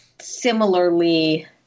similarly